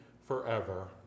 forever